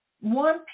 one